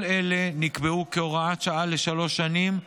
כל אלה נקבעו כהוראת שעה לשלוש שנים,